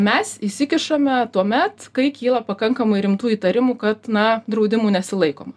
mes įsikišame tuomet kai kyla pakankamai rimtų įtarimų kad na draudimų nesilaikoma